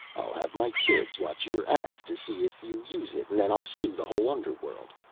i'll have my kids watch your ads to see if you use it and then i'll sue the whole underworld.